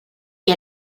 que